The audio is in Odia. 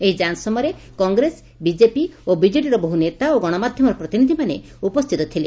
ଏହି ଯାଞ ସମୟରେ କଂଗ୍ରେସ ବିଜେପି ଓ ବିଜେଡ଼ିର ବହୁ ନେତା ଏବଂ ଗଶମାଧ୍ଧମର ପ୍ରତିନିଧିମାନେ ଉପସ୍ଥିତ ଥିଲେ